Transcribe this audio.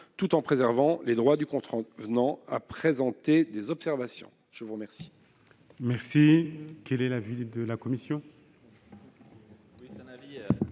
tout en préservant les droits du contrevenant à présenter des observations. Quel